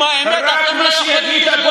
עם האמת אתם לא יכולים לחיות, אדוני השר.